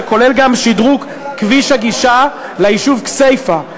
זה כולל גם שדרוג של כביש הגישה ליישוב כסייפה,